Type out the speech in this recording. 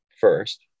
first